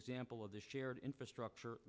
example of the shared infrastructure